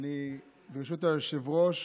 ברשות היושב-ראש,